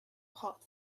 hot